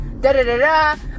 da-da-da-da